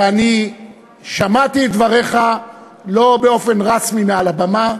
ואני שמעתי את דבריך לא באופן רשמי מעל הבמה,